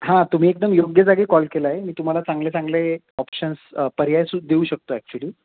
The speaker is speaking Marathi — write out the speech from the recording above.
हां तुम्ही एकदम योग्य जागी कॉल केला आहे मी तुम्हाला चांगले चांगले ऑप्शन्स पर्याय सुद्धा देऊ शकतो ॲक्च्युअली